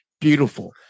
beautiful